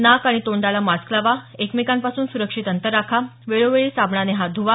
नाक आणि तोंडाला मास्क लावा एकमेकांपासून सुरक्षित अंतर राखा वेळोवेळी साबणाने हात धुवा